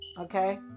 Okay